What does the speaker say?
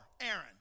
Aaron